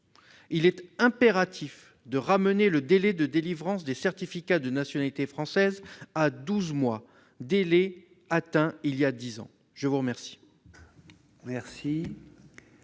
cas impératif de ramener le délai de délivrance des certificats de nationalité française à douze mois, délai atteint il y a dix ans. La parole